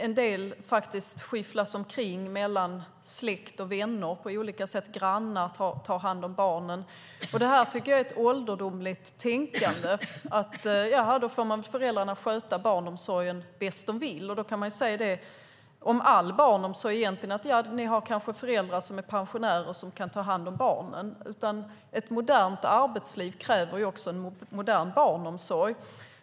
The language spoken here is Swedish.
En del av dem skyfflas faktiskt omkring mellan släkt och vänner på olika sätt. Grannar tar hand om barnen. Det tycker jag är ett ålderdomligt tänkande: Jaha, då får föräldrarna sköta barnomsorgen bäst de vill. Då kan man egentligen säga det om all barnomsorg: Ni har kanske föräldrar som är pensionärer som kan ta hand om barnen. Ett modernt arbetsliv kräver också en modern barnomsorg.